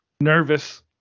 nervous